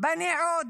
בני עודה